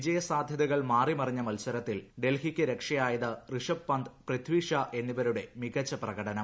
വിജയസാധ്യതകൾ മാറിമറിഞ്ഞ മത്സരത്തിൽ ഡൽഹിയ്ക്ക് രക്ഷയായത് ഋഷഭ് പന്ത് പ്രിഥി ഷാ എന്നിവരുടെ മികച്ച പ്രകടനം